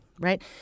Right